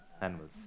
Animals